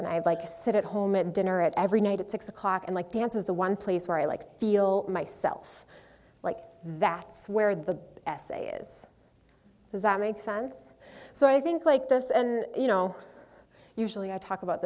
and i'd like to sit at home and dinner every night at six o'clock and like dance is the one place where i like feel myself like vets where the essay is does that make sense so i think like this and you know usually i talk about